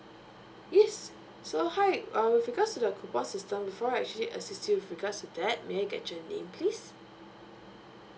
yes so hi uh with regards to the coupon system before I actually assist you with regards to that may I get your name please